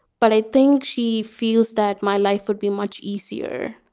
but i think she feels that my life would be much easier